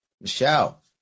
Michelle